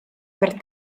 per